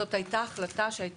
זו הייתה החלטה שהיה